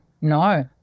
No